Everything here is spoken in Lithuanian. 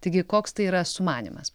taigi koks tai yra sumanymas